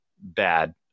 bad